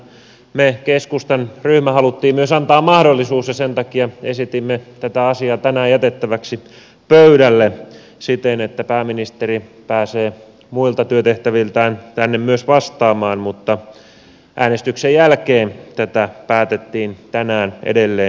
tähän me keskustan ryhmä halusimme myös antaa mahdollisuuden ja sen takia esitimme tätä asiaa tänään jätettäväksi pöydälle siten että pääministeri pääsee muilta työtehtäviltään tänne vastaamaan mutta äänestyksen jälkeen tätä päätettiin tänään edelleen jatkaa